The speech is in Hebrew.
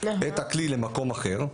את הכלי למקום אחר,